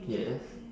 yes